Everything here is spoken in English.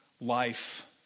life